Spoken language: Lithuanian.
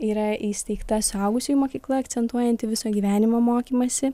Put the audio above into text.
yra įsteigta suaugusiųjų mokykla akcentuojanti viso gyvenimo mokymąsi